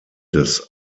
des